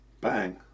bang